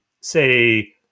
say